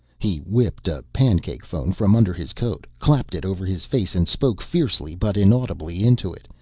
he whipped a pancake phone from under his coat, clapped it over his face and spoke fiercely but inaudibly into it,